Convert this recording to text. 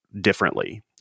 differently